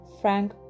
Frank